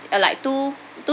uh like two two